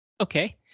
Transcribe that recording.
Okay